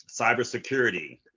cybersecurity